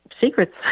Secrets